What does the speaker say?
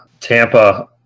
Tampa